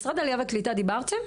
משרד העלייה והקליטה, דיברתם?